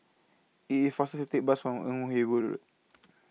IT IS faster to Take The Bus on Ewe Boon Road